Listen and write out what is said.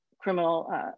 criminal